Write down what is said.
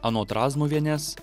anot razmuvienės